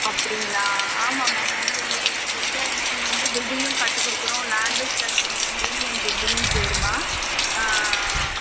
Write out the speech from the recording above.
அப்படிங்களா ஆமாம் மேம் எங்களுடைய பில்டர் நேம் வந்து பில்டிங்கும் கட்டி கொடுக்குறோம் லேண்டும் சேல் பண்ணுறோம் பூமி அண்ட் பில்டிங்ன்னு பேரும்மா ஆ